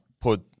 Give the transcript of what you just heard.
put